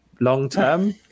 long-term